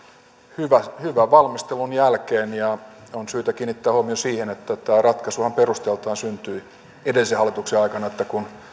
hyvän valmistelun jälkeen ja on syytä kiinnittää huomio siihen että tämä ratkaisuhan perusteiltaan syntyi edellisen hallituksen aikana että kun